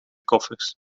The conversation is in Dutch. koffers